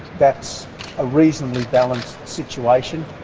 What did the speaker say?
that's a reasonably balanced situation,